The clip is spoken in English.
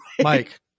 Mike